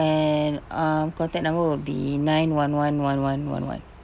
and um contact number will be nine one one one one one one